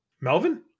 Melvin